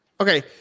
Okay